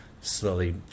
slowly